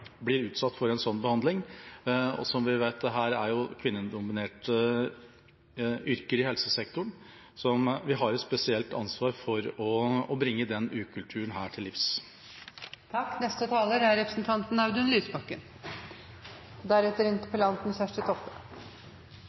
blir utsatt for en slik behandling, og som vi vet, er det i kvinnedominerte yrker i helsesektoren vi har et spesielt ansvar for å bringe denne ukulturen til livs. Jeg vil også takke representanten